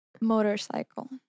motorcycle